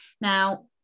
Now